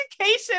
education